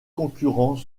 concurrents